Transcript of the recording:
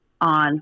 on